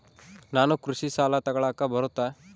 ನಾನು ಕೃಷಿ ಸಾಲ ತಗಳಕ ಬರುತ್ತಾ?